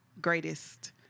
greatest